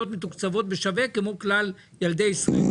מתוקצבות בשווה כמו כלל ילדי ישראל,